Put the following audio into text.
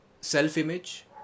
self-image